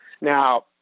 Now